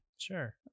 Sure